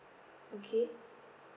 okay